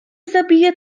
zabije